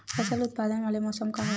फसल उत्पादन वाले मौसम का हरे?